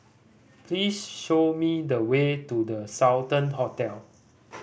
please show me the way to The Sultan Hotel